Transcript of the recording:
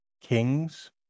kings